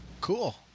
Cool